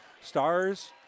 Stars